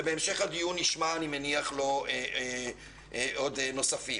ואני מניח שבהמשך הדיון נמצא דוגמאות נוספות.